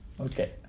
Okay